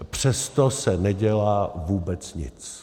Přesto se nedělá vůbec nic.